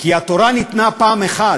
כי התורה ניתנה פעם אחת,